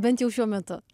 bent jau šiuo metu